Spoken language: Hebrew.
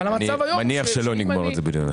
אני מניח שלא נגמור את זה בדיון אחד.